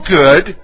good